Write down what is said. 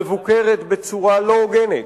מבוקרת בצורה לא הוגנת,